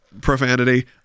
profanity